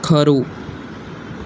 ખરું